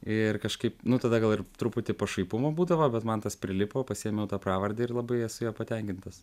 ir kažkaip nu tada gal ir truputį pašaipumo būdavo bet man tas prilipo pasiėmiau tą pravardę ir labai esu ja patenkintas